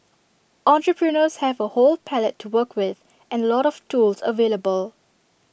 entrepreneurs have A whole palette to work with and A lot of tools available